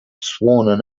sworn